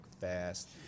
fast